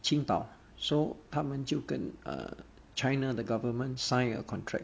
青岛 so 他们就跟 err china 的 government signed a contract